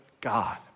God